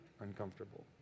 Uncomfortable